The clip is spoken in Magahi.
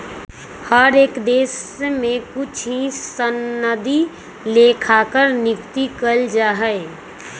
हर एक देश में कुछ ही सनदी लेखाकार नियुक्त कइल जा हई